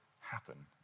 happen